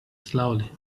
slowly